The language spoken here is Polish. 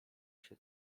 się